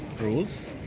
rules